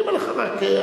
אני אומר לך כמדיניות,